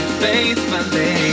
faithfully